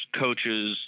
coaches